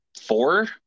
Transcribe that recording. four